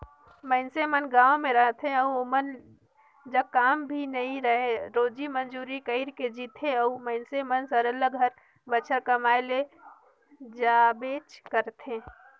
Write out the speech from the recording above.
मइनसे मन गाँव में रहथें अउ ओमन जग काम नी रहें रोजी मंजूरी कइर के जीथें ओ मइनसे मन सरलग हर बछर कमाए ले जाबेच करथे